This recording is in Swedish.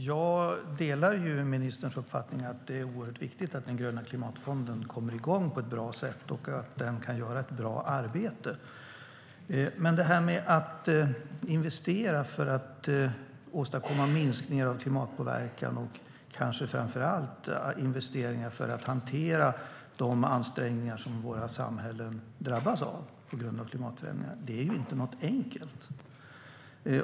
Herr talman! Jag delar ministerns uppfattning att det är oerhört viktigt att Gröna klimatfonden kommer igång på ett bra sätt och att den kan göra ett bra arbete. Att investera för att åstadkomma minskningar av klimatpåverkan, och kanske framför allt att investera för att hantera de ansträngningar som våra samhällen drabbas av på grund av klimatförändringarna, är inte något enkelt.